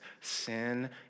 sin